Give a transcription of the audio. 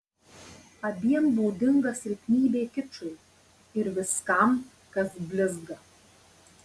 abiem būdinga silpnybė kičui ir viskam kas blizga